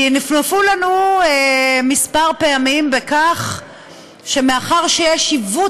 נפנפו לנו כמה פעמים בכך שמאחר שיש עיוות